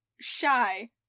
shy